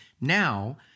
now